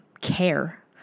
care